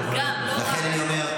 חברי הכנסת,